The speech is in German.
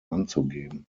anzugeben